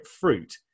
fruit